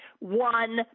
one